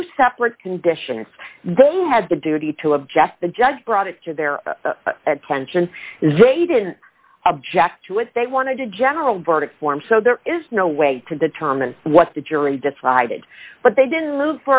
two separate conditions they had the duty to object the judge brought it to their attention they didn't object to it they wanted to general verdict form so there is no way to determine what the jury decided but they didn't